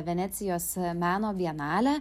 venecijos meno bienalę